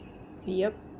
yup